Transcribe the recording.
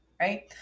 right